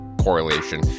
correlation